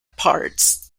parts